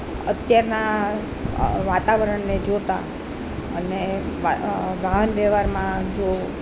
અત્યારના વાતાવરણને જોતાં અને વાહન વ્યવહારમાં જો